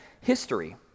history